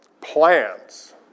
plans